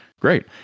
great